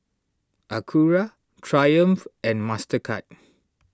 Acura Triumph and Mastercard